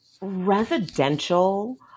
residential